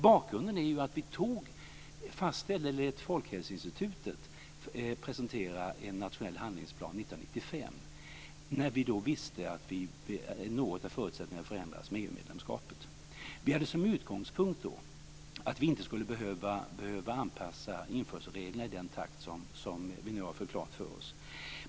Bakgrunden är att vi lät Folkhälsoinstitutet presentera en nationell handlingsplan 1995, när vi visste att förutsättningarna något förändrades i och med EU-medlemskapet. Vi hade då som utgångspunkt att vi inte skulle behöva anpassa införselreglerna i den takt som vi nu har fått klart för oss att vi måste göra.